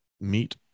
Meet